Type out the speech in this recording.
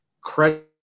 credit